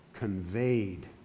Conveyed